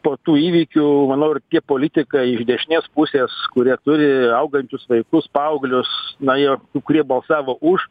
po tų įvykių manau ir tie politikai iš dešinės pusės kurie turi augančius vaikus paauglius na jie kurie balsavo už